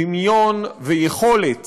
דמיון ויכולת